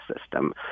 system